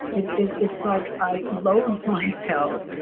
it's like i loath myself